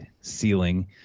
ceiling